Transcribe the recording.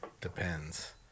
depends